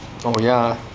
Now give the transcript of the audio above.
oh ya